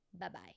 Bye-bye